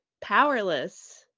Powerless